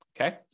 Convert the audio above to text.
Okay